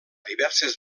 diverses